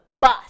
bus